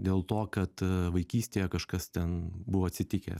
dėl to kad vaikystėje kažkas ten buvo atsitikę